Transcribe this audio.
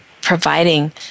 providing